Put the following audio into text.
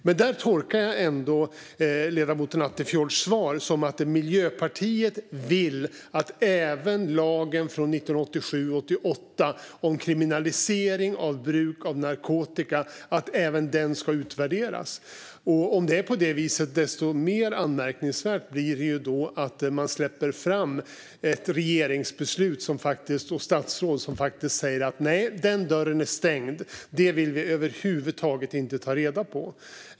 Men jag tolkar ändå ledamoten Attefjords svar som att Miljöpartiet vill att även lagen från 1987/88 om kriminalisering av bruk av narkotika ska utvärderas. Om det är på det viset blir det desto mer anmärkningsvärt att man släpper fram ett regeringsbeslut och statsråd som faktiskt säger: Nej, den dörren är stängd. Det vill vi över huvud taget inte ta reda på.